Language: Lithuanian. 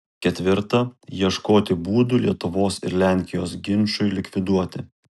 ketvirta ieškoti būdų lietuvos ir lenkijos ginčui likviduoti